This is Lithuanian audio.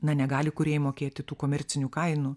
na negali kūrėjai mokėti tų komercinių kainų